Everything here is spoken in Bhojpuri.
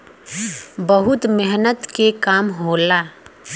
बहुत मेहनत के काम होला